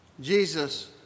Jesus